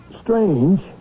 strange